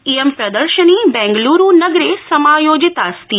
इयं प्र र्शनी बैंगलूरू नगरे समायोजितास्ति